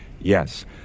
Yes